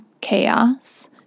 chaos